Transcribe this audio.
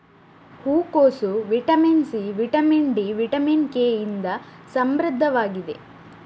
ಹೂಕೋಸು vitamin C, vitamin D, vitamin K ಇಂದ ಸಮೃದ್ಧವಾಗಿದೆ